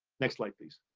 next slide please.